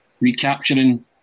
recapturing